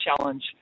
challenge